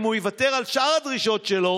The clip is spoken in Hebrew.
אם הוא יוותר על שאר הדרישות שלו,